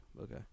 Okay